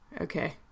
Okay